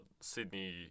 Sydney